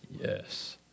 Yes